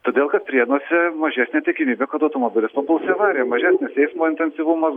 todėl kad prienuose mažesnė tikimybė kad automobilis papuls į avariją mažesnis eismo intensyvumas